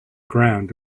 ground